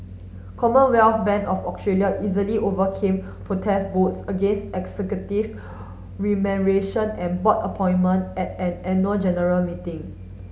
Commonwealth Bank of Australia easily overcame protest votes against executive remuneration and board appointment at an annual general meeting